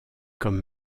comme